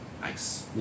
nice